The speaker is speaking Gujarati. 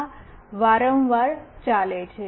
આ વારંવાર ચાલે છે